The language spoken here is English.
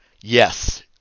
Yes